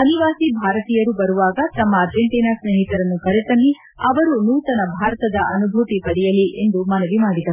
ಅನಿವಾಸಿ ಭಾರತೀಯರು ಬರುವಾಗ ತಮ್ಮ ಅರ್ಜೆಂಟೀನಾ ಸ್ನೇಹಿತರನ್ನು ಕರೆತನ್ನಿ ಅವರೂ ನೂತನ ಭಾರತದ ಅನುಭೂತಿ ಪಡೆಯಲಿ ಎಂದು ಮನವಿ ಮಾಡಿದರು